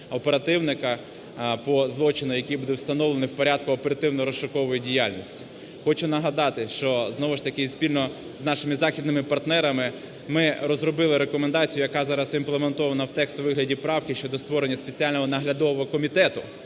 оперативника по злочину, який буде встановлено в порядку оперативно-розшукової діяльності. Хочу нагадати, що знову ж таки, спільно з нашими західними партнерами, ми розробити рекомендацію, яка зараз імплементована в текст у вигляді правки щодо створення спеціального наглядового комітету